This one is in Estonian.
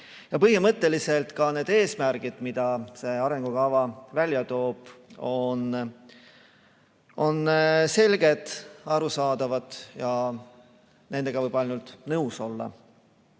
Põhimõtteliselt on ka need eesmärgid, mida see arengukava välja toob, selged, arusaadavad ja nendega võib ainult nõus olla. Aga